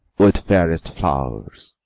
with fairest flowers,